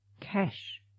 Cash